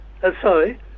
Sorry